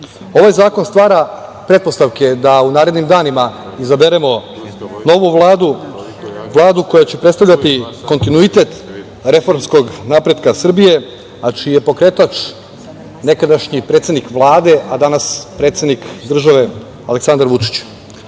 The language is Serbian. zakon stvara pretpostavke da u narednim danima izaberemo novu Vladu, Vladu koja će predstavljati kontinuitet reformskog napretka Srbije, a čiji je pokretač nekadašnji predsednik Vlade, a danas predsednik države Aleksandar Vučić.